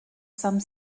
some